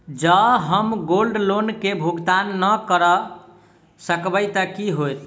जँ हम gold loan केँ भुगतान न करऽ सकबै तऽ की होत?